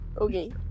Okay